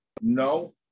no